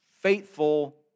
faithful